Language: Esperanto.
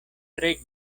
tre